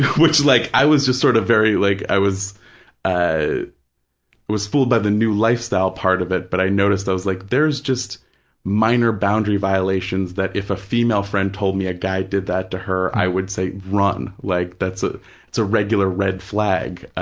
which like, i was just sort of very, like i was i was fooled by the new lifestyle part of it, but i noticed, i was like, there's just minor boundary violations that, if a female friend told me a guy did that to her, i would say, run, like that's, ah it's a regular red flag.